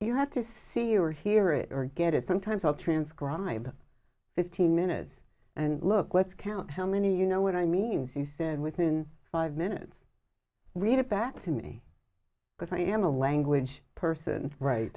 you have to see you or hear it or get it sometimes i'll transcribe fifteen minutes and look let's count how many you know what i mean he said within five minutes read it back to me because i am a language person right